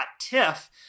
TIFF